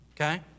Okay